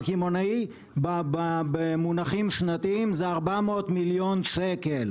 קמעונאי במונחים שנתיים זה 400 מיליון שקל.